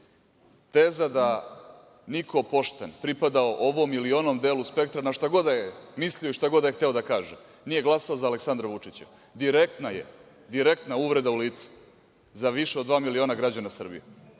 Teza da niko pošten, pripadao ovom ili onom delu spektra, na šta god da je mislio i šta god da je hteo da kaže, nije glasao za Aleksandra Vučića, direktna je uvreda u lice za više od dva miliona građana Srbije.